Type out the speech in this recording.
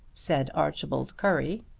said archibald currie.